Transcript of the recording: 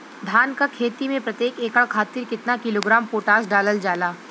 धान क खेती में प्रत्येक एकड़ खातिर कितना किलोग्राम पोटाश डालल जाला?